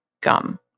gum